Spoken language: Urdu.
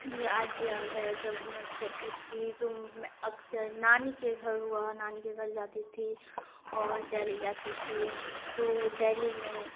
یہ آج بھی یاد ہے جب میں چھوٹی تھی تو میں اکثر نانی کے گھر ہوا نانی کے گھر جاتی تھی اور دہلی جاتی تھی تو دہلی میں